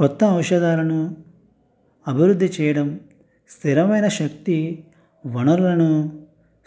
కొత్త ఔషధాలను అభివృద్ధి చేయడం స్థిరమైన శక్తి వనరులను